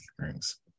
thanks